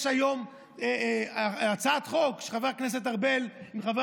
יש היום הצעת חוק של חבר הכנסת ארבל עם חבר